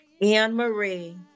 Anne-Marie